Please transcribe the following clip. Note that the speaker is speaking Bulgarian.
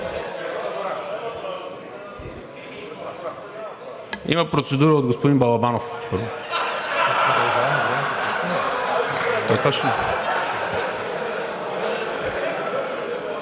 Има процедура от господин Балабанов,